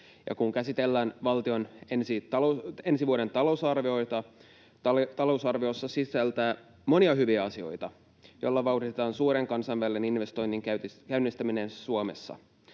Kun käsitellään valtion ensi vuoden talousarviota, talousarvio sisältää monia hyviä asioita, joilla vauhditetaan suurten kansainvälisten investointien käynnistämistä Suomessa.